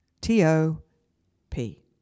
T-O-P